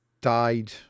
died